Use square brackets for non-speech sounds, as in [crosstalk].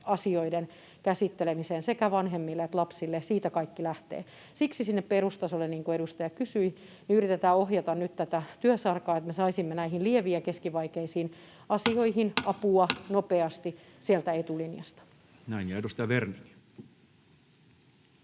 asioiden käsittelemiseen sekä vanhemmille että lapsille, niin siitä kaikki lähtee. Siksi sinne perustasolle, niin kuin edustaja kysyi, yritetään ohjata nyt tätä työsarkaa, että me saisimme näihin lieviin ja keskivaikeisiin asioihin apua [noise] nopeasti sieltä etulinjasta.